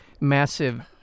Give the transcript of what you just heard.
massive